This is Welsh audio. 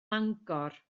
mangor